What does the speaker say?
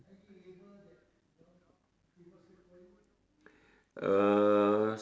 err